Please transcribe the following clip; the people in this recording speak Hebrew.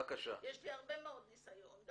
יש לי הרבה מאוד ניסיון.